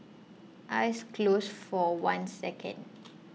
eyes closed for one second